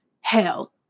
Hell